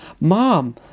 Mom